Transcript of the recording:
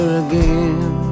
again